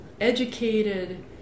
educated